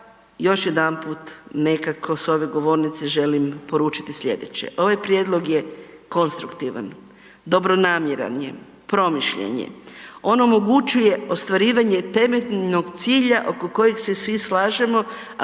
još jedanput nekako s ove govornice želim poručit slijedeće. Ovaj prijedlog je konstruktivan, dobronamjeran je, promišljen je. On omogućuje ostvarivanje temeljnog cilja oko kojeg se svi slažemo,